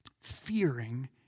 fearing